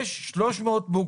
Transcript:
יש 300 בוגרים